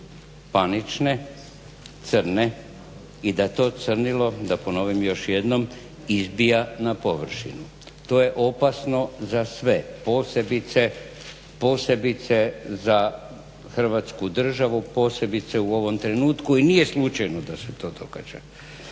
panične, crne i da to crnilo, da ponovim još jednom, izbija na površinu. To je opasno za sve, posebice za Hrvatsku državu, posebice u ovom trenutku i nije slučajno da se to događa.